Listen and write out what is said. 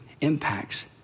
impacts